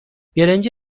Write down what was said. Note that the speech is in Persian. برنج